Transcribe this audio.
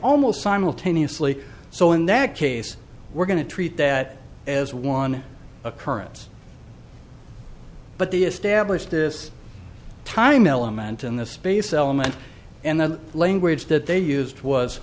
almost simultaneously so in that case we're going to treat that as one occurrence but the established this time element in the space element and the language that they used was